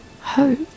hope